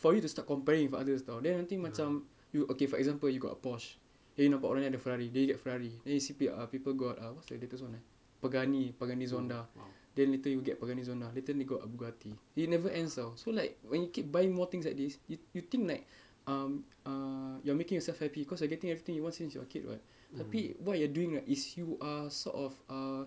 for you to start comparing with others [tau] then nanti macam okay for example you got a posh you nampak orang ni ada Ferrari then you see peo~ ah people got um apa Burgundy Burgundy Honda then later you get Burgundy Honda later you got Ducati it never ends [tau] so like when you keep buying more things like this yo~ you think like um err you're making yourself happy cause you are getting everything you want since you are a kid [what] tapi what you're doing right is you are sort of uh